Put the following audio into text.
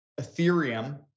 Ethereum